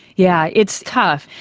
yeah it's tough.